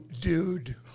dude